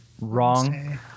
Wrong